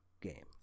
game